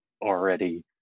already